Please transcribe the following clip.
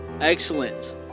excellent